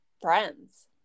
friends